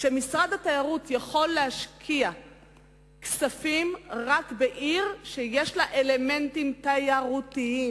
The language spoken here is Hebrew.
היא שמשרד התיירות יכול להשקיע כספים רק בעיר שיש בה אלמנטים תיירותיים.